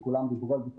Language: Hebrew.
וכולם דיברו על זה,